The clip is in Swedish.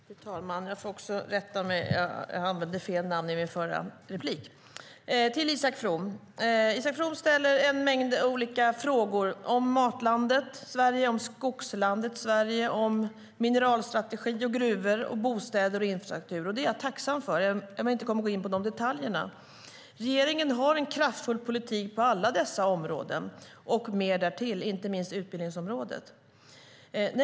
Fru talman! Jag vill rätta mig. Jag använde fel namn i mitt förra inlägg. Isak From ställer en mängd olika frågor om Matlandet Sverige, om Skogslandet Sverige, om mineralstrategi och gruvor och om bostäder och infrastruktur. Det är jag tacksam för även om jag inte kommer att gå in på de detaljerna. Regeringen har en kraftfull politik på alla dessa områden och mer därtill, inte minst på utbildningsområdet.